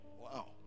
Wow